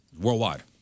Worldwide